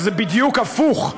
זה בדיוק הפוך,